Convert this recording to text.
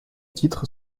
titre